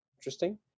interesting